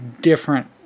different